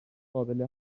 قابل